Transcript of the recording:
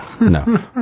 No